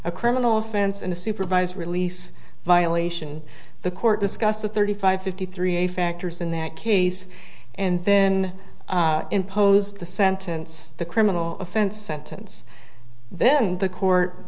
a criminal offense and a supervised release violation the court discussed the thirty five fifty three factors in that case and then impose the sentence the criminal offense sentence then the court